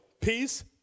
peace